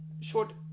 short